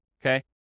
okay